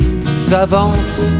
s'avance